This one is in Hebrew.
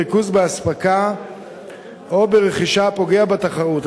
ריכוז באספקה או ברכישה הפוגע בתחרות.